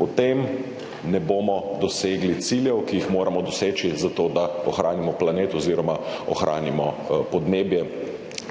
potem ne bomo dosegli ciljev, ki jih moramo doseči zato, da ohranimo planet oziroma ohranimo podnebje,